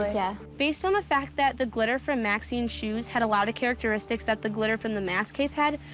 like yeah. based on the fact that the glitter from maxine's shoes had a lot of characteristics that the glitter from the mask case had,